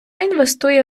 інвестує